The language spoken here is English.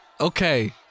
Okay